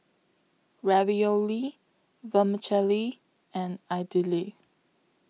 Ravioli Vermicelli and Idili